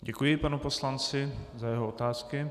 Děkuji panu poslanci za jeho otázky.